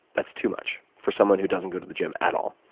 that's too much for someone who doesn't go to the gym at all.